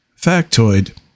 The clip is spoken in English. factoid